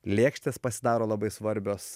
lėkštės pasidaro labai svarbios